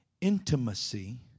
intimacy